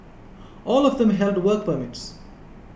all of them held work permits